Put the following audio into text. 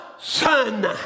son